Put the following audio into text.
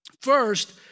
First